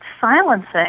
silencing